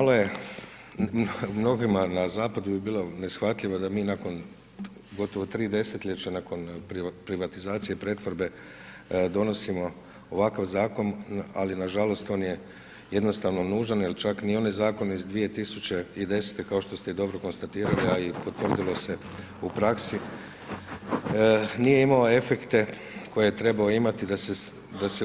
Malo je mnogima na zapadu bi bilo neshvatljivo da mi nakon gotovo tri desetljeća, nakon privatizacije i pretvorbe donosimo ovakav zakon, ali nažalost on je jednostavno nužan jel čak ni onaj zakon iz 2010. kao što ste dobro konstatirali, a i potvrdilo se u praksi, nije imao efekte koje je trebao imati da se